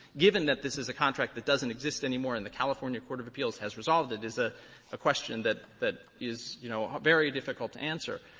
given that this is a contract that doesn't exist anymore, and the california court of appeals has resolved it is a ah question that that is, you know, very difficult to answer.